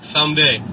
Someday